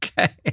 Okay